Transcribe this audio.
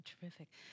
Terrific